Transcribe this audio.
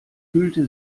fühlte